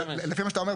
אז לפי מה שאתה אומר,